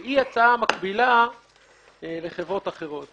והיא הצעה מקבילה לחברות אחרות.